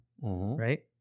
right